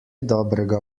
dobrega